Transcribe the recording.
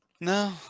No